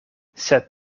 sed